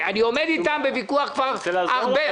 אני עומד איתם בוויכוח כבר הרבה זמן.